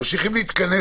ממשיכים להתכנס